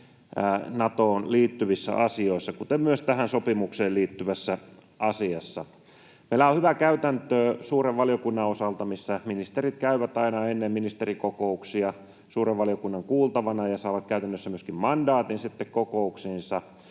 Natoon liittyvissä asioissa, kuten myös tähän sopimukseen liittyvässä asiassa. Meillä on hyvä käytäntö suuren valiokunnan osalta: ministerit käyvät aina ennen ministerikokouksia suuren valiokunnan kuultavana ja saavat käytännössä sitten myöskin mandaatin kokouksiinsa